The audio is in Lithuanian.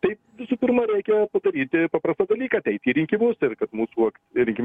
tai visų pirma reikia padaryti paprastą dalyką ateiti į rinkimus ir kad mūsų irgi